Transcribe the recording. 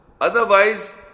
Otherwise